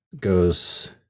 Goes